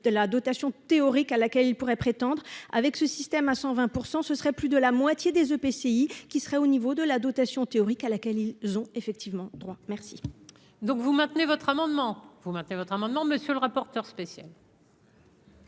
de la dotation théorique à laquelle ils pourraient prétendre avec ce système, à 120 % ce serait plus de la moitié des EPCI qui serait au niveau de la dotation théorique à laquelle ils ont effectivement droit merci. Donc vous maintenez votre amendement, vous mettez votre